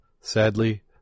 sadly